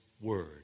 word